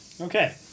okay